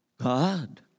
God